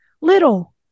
little